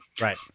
Right